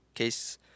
Case